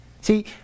See